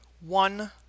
one